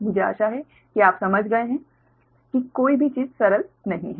मुझे आशा है कि आप समझ गए हैं कि कोई भी चीज सरल नहीं है